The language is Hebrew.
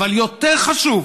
אבל יותר חשוב